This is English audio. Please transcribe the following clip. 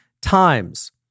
times